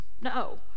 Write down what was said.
No